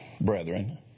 brethren